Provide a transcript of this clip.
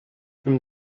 from